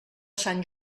sant